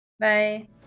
Bye